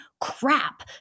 crap